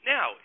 Now